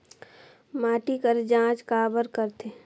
माटी कर जांच काबर करथे?